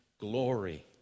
glory